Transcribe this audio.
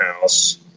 house